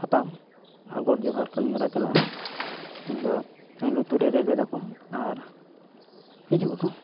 ᱦᱟᱛᱟᱣ ᱟᱨ ᱜᱚᱰᱼᱡᱚᱦᱟᱨ ᱠᱟᱹᱢᱤᱦᱚᱨᱟ ᱪᱟᱞᱟᱜᱼᱟ ᱩᱱᱫᱚ ᱞᱩᱛᱩᱨ ᱨᱮ ᱨᱮᱵᱮᱫᱟᱠᱚ ᱦᱤᱡᱩᱜ ᱟᱠᱚ